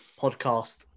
podcast